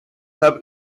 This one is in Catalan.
sap